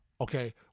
okay